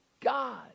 God